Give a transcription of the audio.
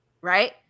right